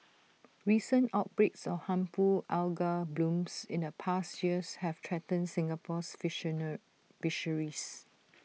recent outbreaks of harmful algal blooms in the past years have threatened Singapore's fisheries